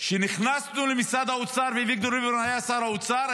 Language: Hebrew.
כשנכנסנו למשרד האוצר ואביגדור ליברמן היה שר האוצר,